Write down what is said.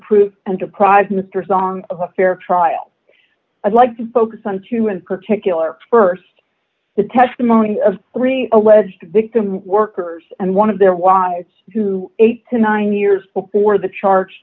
proof and deprived mr song of a fair trial i'd like to focus on two in particular st the testimony of three alleged victims workers and one of their wives who eight to nine years before the charge